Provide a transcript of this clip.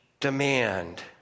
Demand